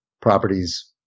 properties